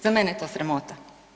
Za mene je to sramota.